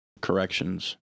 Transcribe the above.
corrections